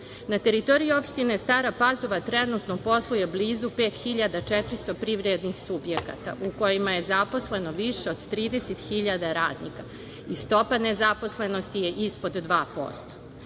teritoriji opštine Stara Pazova trenutno posluje blizu 5.400 privrednih subjekata u kojima je zaposleno više od 30.000 radnika i stopa nezaposlenosti je ispod 2%.